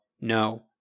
no